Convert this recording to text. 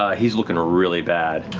ah he's looking really bad.